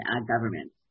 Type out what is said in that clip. government